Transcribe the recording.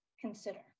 consider